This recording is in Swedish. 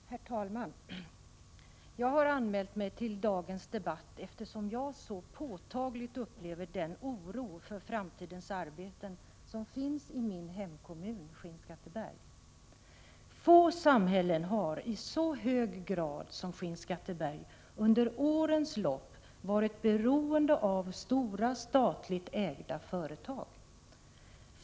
Herr talman! Jag har anmält mig till dagens debatt eftersom jag så påtagligt upplever den oro för framtidens arbeten som finns i min hemkommun Skinnskatteberg. Få samhällen har i så hög grad som Skinnskatteberg under årens lopp varit beroende av stora, statligt ägda företag.